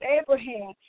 Abraham